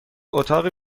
اتاقی